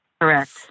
Correct